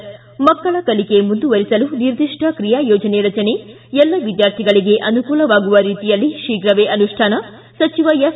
ಿ ಮಕ್ಕಳ ಕಲಿಕೆ ಮುಂದುವರಿಸಲು ನಿರ್ದಿಷ್ಟ ಕ್ರಿಯಾಯೋಜನೆ ರಚನೆ ಎಲ್ಲ ವಿದ್ಯಾರ್ಥಿಗಳಿಗೆ ಅನುಕೂಲವಾಗುವ ರೀತಿಯಲ್ಲಿ ಶೀಘ್ರವೇ ಅನುಷ್ಟಾನ ಸಚಿವ ಎಸ್